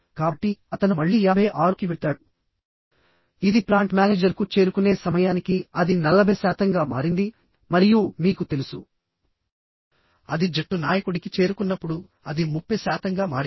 కాబట్టి అతను మళ్ళీ 56 కి వెళ్తాడు ఇది ప్లాంట్ మేనేజర్కు చేరుకునే సమయానికి అది 40 శాతంగా మారింది మరియు మీకు తెలుసు అది జట్టు నాయకుడికి చేరుకున్నప్పుడు అది 30 శాతంగా మారింది